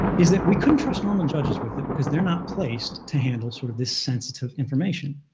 is that we couldn't trust normal judges with it, because they're not placed to handle sort of this sensitive information.